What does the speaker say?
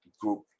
group